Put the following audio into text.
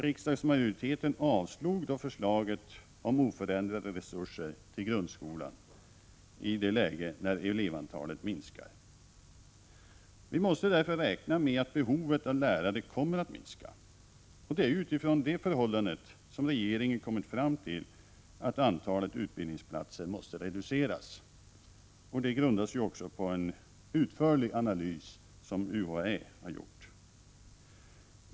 Riksdagsmajoriteten avslog förslaget om oförändrade resurser till grundskolan i ett läge då elevantalet minskar. Vi måste därför räkna med att behovet av lärare kommer att minska. Det är med utgångspunkt i detta förhållande som regeringen kommit fram till att antalet utbildningsplatser måste reduceras. Detta grundas på en utförlig analys som UHÄ har gjort.